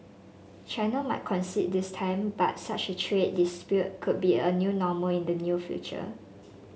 China might concede this time but such a trade dispute could be a new normal in the future